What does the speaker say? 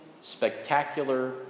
spectacular